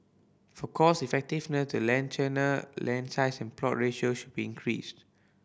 for cost effectiveness the land tenure land size and plot ratio should be increased